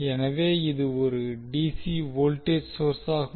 எனவே இது ஒரு டிசி வோல்டேஜ் சோர்ஸாகும்